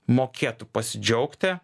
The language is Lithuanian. mokėtų pasidžiaugti